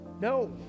No